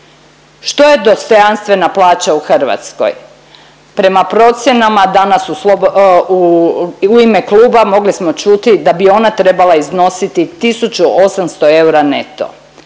Što je dostojanstvena plaća u Hrvatskoj? Prema procjenama danas u, u ime kluba mogli smo čuti da bi ona trebala iznositi 1.800 eura neto,